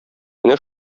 менә